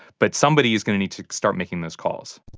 but somebody is going to need to start making those calls